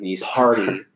party